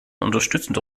unterstützende